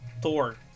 Thor